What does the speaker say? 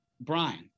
Brian